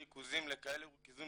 מנהל משא ומתן עם הרופאה שראתה אותי,